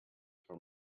for